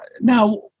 Now